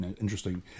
interesting